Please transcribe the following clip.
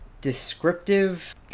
descriptive